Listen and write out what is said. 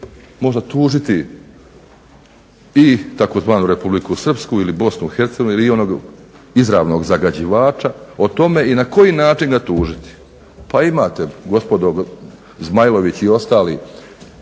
možda tužiti i tzv. Republiku Srpsku ili BiH ili onog izravnog zagađivača, o tome i na koji način ga tužiti. Pa imate gospodo Zmajlović i ostali,